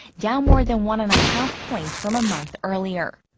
down more than one-and-a-half points from a month earlier.